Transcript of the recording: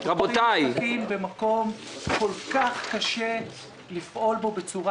שפותחים עסקים במקום שכל כך קשה לפעול בו בצורה